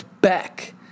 back